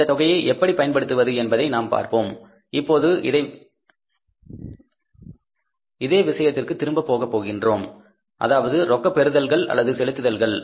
எனவே இந்த தொகையை எப்படி பயன்படுத்துவது என்பதை நாம் பார்ப்போம் இப்போது அந்த விஷயத்திற்கு திரும்ப போகப் போகின்றோம் அதாவது ரொக்க பெறுதல்கள் அல்லது செலுத்துதல்கள்